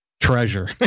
treasure